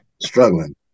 struggling